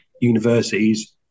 universities